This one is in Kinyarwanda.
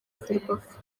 ferwafa